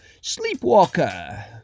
Sleepwalker